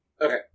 Okay